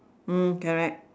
hmm correct